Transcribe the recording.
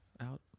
out